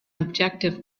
objective